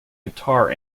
guitar